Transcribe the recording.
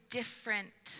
different